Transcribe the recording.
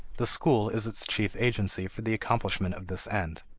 the school is its chief agency for the accomplishment of this end.